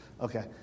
Okay